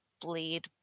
bleed